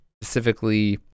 specifically